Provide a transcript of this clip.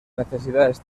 necesidades